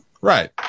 Right